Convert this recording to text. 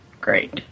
great